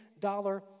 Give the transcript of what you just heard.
dollar